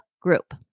group